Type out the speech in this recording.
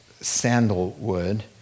sandalwood